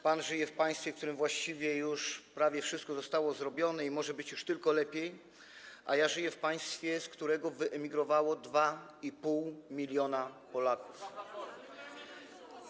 Pan żyje w państwie, w którym właściwie już prawie wszystko zostało zrobione i może być już tylko lepiej, a ja żyję w państwie, z którego wyemigrowało 2,5 mln Polaków.